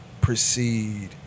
proceed